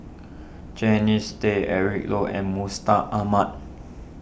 Jannies Tay Eric Low and Mustaq Ahmad